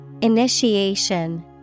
Initiation